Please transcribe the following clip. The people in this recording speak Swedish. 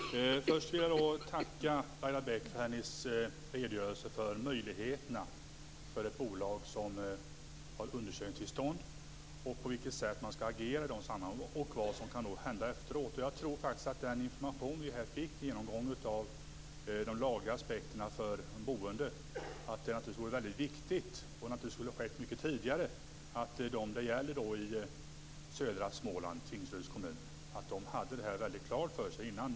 Fru talman! Först vill jag tacka Laila Bäck för hennes redogörelse för möjligheterna för ett bolag som har undersökningstillstånd, det sätt man skall agera på i de sammanhangen och vad som kan hända efteråt. Jag tror att den information vi här fick, med en genomgång av de lagliga aspekterna för de boende, hade kunnat ges mycket tidigare till dem som det gäller i södra Småland, i Tingsryds kommun. De borde ha haft detta klart för sig tidigare.